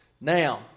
Now